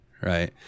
right